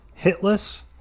hitless